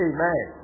Amen